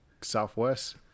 southwest